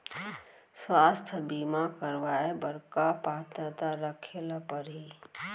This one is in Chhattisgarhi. स्वास्थ्य बीमा करवाय बर का पात्रता रखे ल परही?